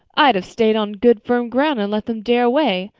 i'd have stayed on good firm ground and let them dare away.